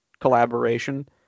collaboration